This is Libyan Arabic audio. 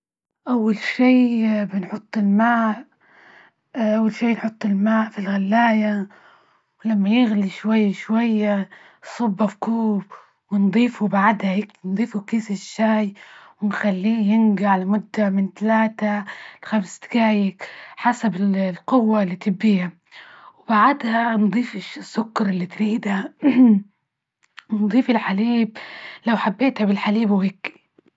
أول شي بنحط الماء، أول شي نحط الماء في الغلاية، ولما يغلي شوي- شوي نصبه بكوب ونضيفه بعدها هيك نضيفوا كيس الشاي ونخليه ينجع لمده من تلاتة لخمس دقايق حسب ال- القوة إللي تبيه، وبعدها نضيف السكر إللي تريده. نضيف الحليب، لو حبيتها بالحليب وهيكي.